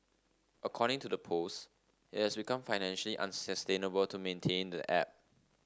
according to the post it has become financially unsustainable to maintain the app